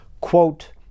Quote